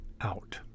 out